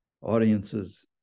audiences